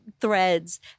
threads